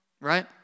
right